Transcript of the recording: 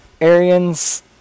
Arians